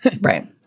Right